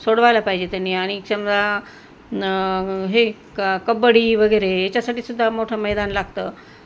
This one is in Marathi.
सोडवायला पाहिजे त्यांनी आणि समजा हे क कबड्डी वगैरे याच्यासाठीसुद्धा मोठं मैदान लागतं